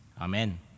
amen